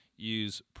Use